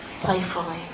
playfully